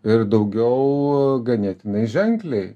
ir daugiau ganėtinai ženkliai